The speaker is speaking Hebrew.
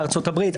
ארצות הברית.